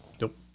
Nope